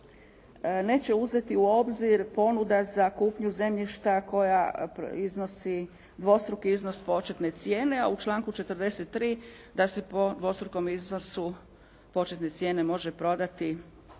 neće uzeti u obzir ponuda za kupnju zemljišta koja iznosi dvostruki iznos početke cijene, a u članku 43. da se po dvostrukom iznosu početne cijene može prodati